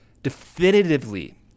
definitively